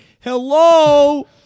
Hello